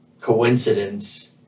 coincidence